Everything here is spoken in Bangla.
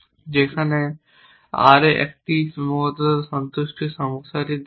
যেখানে R এই সীমাবদ্ধতা সন্তুষ্টি সমস্যাটিকে বোঝায়